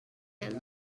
els